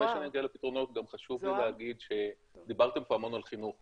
לפני שאני אגיע לפתרונות גם חשוב לי להגיד שדיברתם פה המון על חינוך.